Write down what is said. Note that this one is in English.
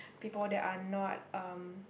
people that are not um